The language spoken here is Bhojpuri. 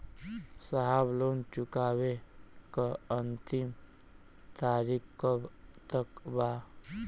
साहब लोन चुकावे क अंतिम तारीख कब तक बा?